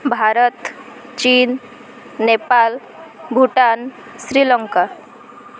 Bharat Chin Nepal Bhutan Sri Lanka